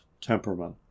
temperament